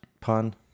pun